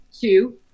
two